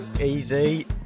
Easy